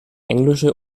englische